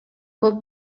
көп